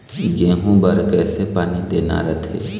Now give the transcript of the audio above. गेहूं बर कइसे पानी देना रथे?